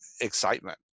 excitement